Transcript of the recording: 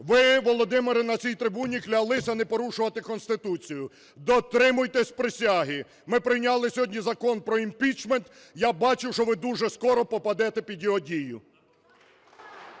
Ви, Володимире, на цій трибуні клялися не порушувати Конституцію. Дотримуйтесь присяги. Ми прийняли сьогодні Закон про імпічмент, я бачу, що ви дуже скоро попадете під його дію.